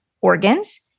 organs